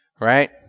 right